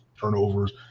turnovers